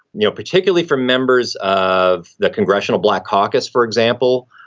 you know particularly from members of the congressional black caucus, for example,